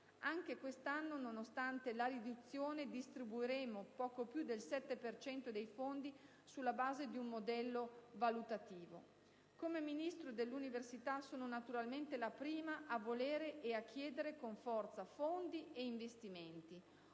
Anche quest'anno, nonostante la riduzione, distribuiremo poco più del 7 per cento dei fondi sulla base di un modello valutativo. Come Ministro dell'università sono naturalmente la prima a volere e a chiedere con forza fondi e investimenti.